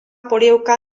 polievka